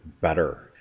better